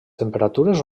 temperatures